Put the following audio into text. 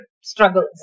struggles